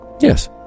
Yes